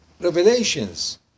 revelations